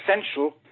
essential